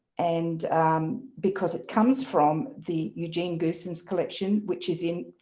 and because it comes from the eugene goossens collection which is in,